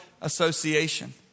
association